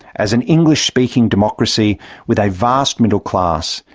as an english-speaking democracy with a vast middle class,